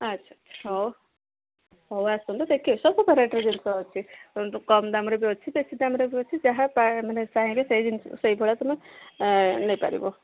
ଆଚ୍ଛାଛା ହଉ ହଉ ଆସନ୍ତୁ ଦେଖିବେ ସବୁ ଭେରାଇଟିର ଜିନିଷ ଅଛି କମ୍ ଦାମରେ ବି ଅଛି ବେଶୀ ଦାମରେ ବି ଅଛି ଯାହା ମାନେ ଚାହିଁବେ ସେଇ ଜିନିଷ ସେଇଭଳିଆ ସବୁ ନେଇପାରିବ